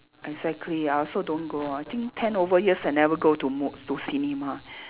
exactly I also don't go I think ten over years I never go to mo~ to cinema